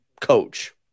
coach